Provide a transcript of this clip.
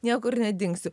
niekur nedingsiu